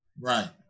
Right